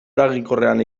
eraginkorrean